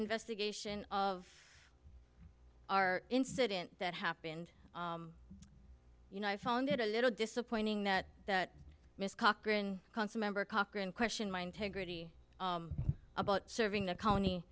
investigation of our incident that happened you know i found it a little disappointing that that miss cochran council member cochran question my integrity about serving the county